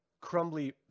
crumbly